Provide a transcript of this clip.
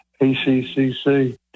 ACCC